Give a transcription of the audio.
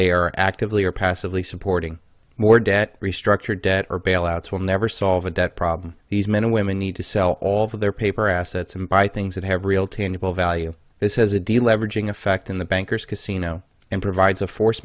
they are actively or passively supporting more debt restructure debt or bailouts will never solve the debt problem these men and women need to sell all of their paper assets and buy things that have real tangible value this has a deal leveraging effect in the bankers casino and provides a force